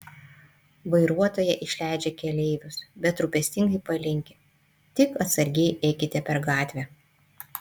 vairuotoja išleidžia keleivius bet rūpestingai palinki tik atsargiai eikite per gatvę